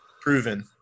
Proven